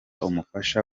umufasha